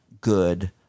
good